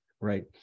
right